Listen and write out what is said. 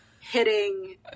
Hitting